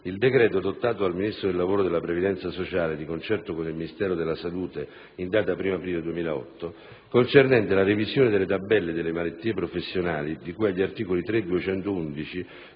il decreto adottato dal Ministero del lavoro e della previdenza sociale, di concerto con il Ministero della salute, in data 1° aprile 2008, concernente la revisione delle tabelle delle malattie professionali di cui agli articoli 3 e 211